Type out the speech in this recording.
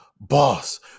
boss